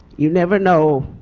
you never know